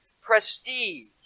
prestige